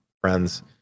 friends